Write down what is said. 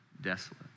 desolate